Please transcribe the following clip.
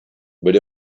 but